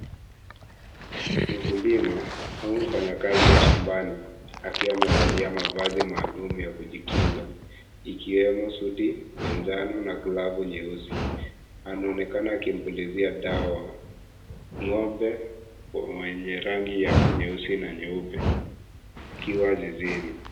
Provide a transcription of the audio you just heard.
Mkulima au mfanyakazi wa shambani, akiwa amevalia mavazi maalum ya kujikinga, ikiwemo suti ya njano na glavu nyeusi. Anaonekana akimpulizia dawa ng'ombe kwa mwenye rangi ya nyeusi na nyeupe, akiwa zizini.